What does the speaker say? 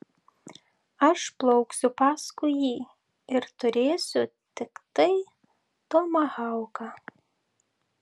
aš plauksiu paskui jį ir turėsiu tiktai tomahauką